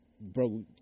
Bro